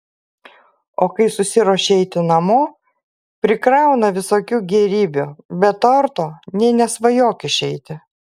o kai susiruošia eiti namo prikrauna visokių gėrybių be torto nė nesvajok išeiti